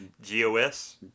G-O-S